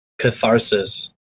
catharsis